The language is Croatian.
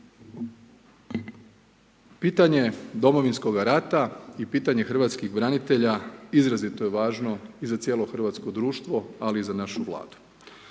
Pitanje Domovinskoga rata i pitanje hrvatskih branitelja izrazito je važno i za cijelo hrvatsko društvo, ali i za našu vladu.